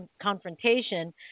confrontation